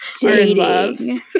dating